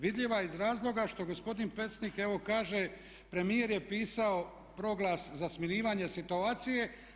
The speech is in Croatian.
Vidljiva je iz razloga što gospodin Pecnik evo kaže premijer je pisao proglas za smirivanje situacije.